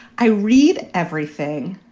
i read everything.